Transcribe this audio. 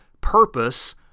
purpose